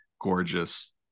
gorgeous